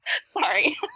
Sorry